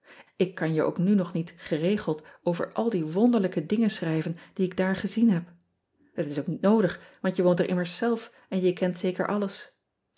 k kan je ook nu nog niet geregeld over al die wonderlijke dingen schrijven die ik daar gezien heb et is ook niet noodig want je woont er immers zelf en je kent zeker alles